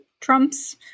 Trump's